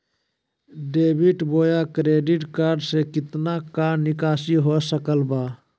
Debit बोया credit card से कितना का निकासी हो सकल बा?